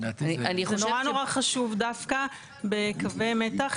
זה נורא נורא חשוב דווקא בקווי מתח